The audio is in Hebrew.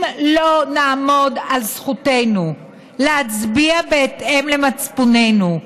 אם לא נעמוד על זכותנו להצביע בהתאם למצפוננו,